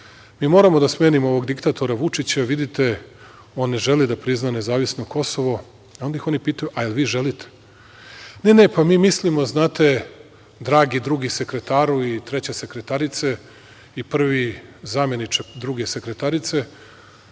Mi moramo da smenimo ovog diktatora Vučića, vidite, on ne želi da prizna nezavisno Kosovo, a onda oni pitaju – a vi želite. Ne, ne, mi mislimo, znate, dragi drugi sekretaru ili treća sekretarice i prvi zameniče druge sekretarice,